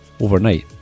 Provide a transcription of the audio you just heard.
overnight